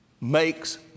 makes